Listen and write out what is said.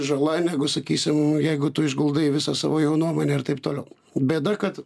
žala negu sakysim jeigu tu išguldai visą savo jaunuomenę ir taip toliau bėda kad